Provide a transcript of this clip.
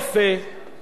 לא מוסרי,